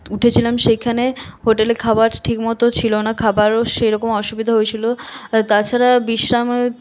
উঠেছিলাম সেইখানে হোটেলে খাবার ঠিকমতো ছিল না খাবারও সেইরকম অসুবিধা হয়েছিল তাছাড়া বিশ্রামের